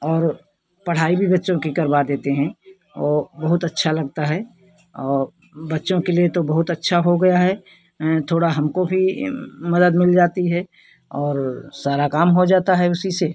और पढ़ाई भी बच्चों की करवा देते हैं ओ बहुत अच्छा लगता है औ बच्चों के लिए तो बहुत अच्छा हो गया है थोड़ा हमको भी ये मदद मिल जाती है और सारा काम हो जाता है उसी से